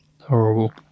Horrible